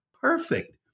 perfect